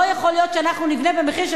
לא יכול להיות שאנחנו נבנה במחיר של